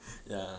ya